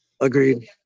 Agreed